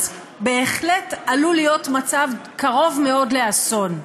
אז בהחלט עלול להיות מצב קרוב מאוד לאסון.